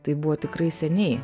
tai buvo tikrai seniai